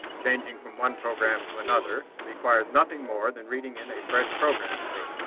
changing from one program to another requires nothing more than reading in a fresh program tape.